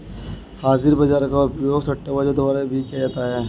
हाजिर बाजार का उपयोग सट्टेबाजों द्वारा भी किया जाता है